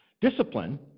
Discipline